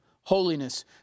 holiness